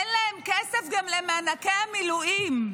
אין להם כסף גם למענקי המילואים.